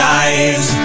eyes